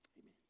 Amen